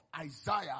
Isaiah